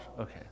Okay